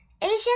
Asian